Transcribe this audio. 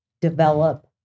develop